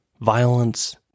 Violence